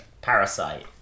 Parasite